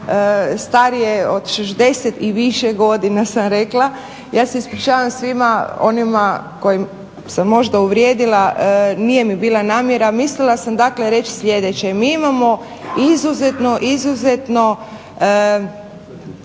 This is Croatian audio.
starije od 60 i više godina sam rekla, ja se ispričavam svima onima koje sam možda uvrijedila, nije mi bila namjera, mislila sam dakle reći sljedeće. Mi imamo izuzetno, izuzetno